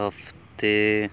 ਹਫ਼ਤੇ